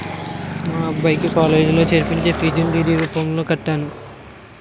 మా అబ్బాయిని కాలేజీలో చేర్పించి ఫీజును డి.డి రూపంలో కట్టాను